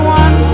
one